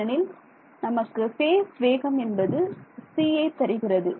ஏனெனில் நமக்கு பேஸ் வேகம் என்பது c இது தருகிறது